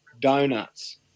donuts